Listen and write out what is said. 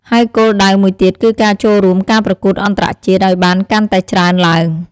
ហើយគោលដៅមួយទៀតគឺការចូលរួមការប្រកួតអន្តរជាតិឲ្យបានកាន់តែច្រើនឡើង។